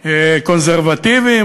קונסרבטיבים,